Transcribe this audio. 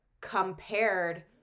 compared